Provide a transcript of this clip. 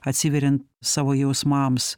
atsiveriant savo jausmams